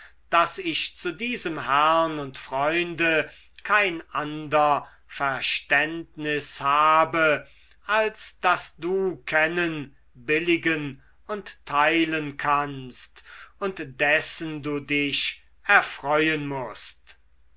daß ich zu diesem herrn und freunde kein ander verständnis habe als das du kennen billigen und teilen kannst und dessen du dich erfreuen mußt